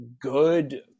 good